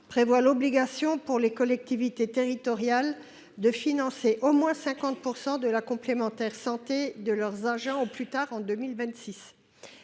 prévoit l’obligation, pour les collectivités territoriales, de financer au moins 50 % de la complémentaire santé de leurs agents, au plus tard en 2026.